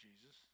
Jesus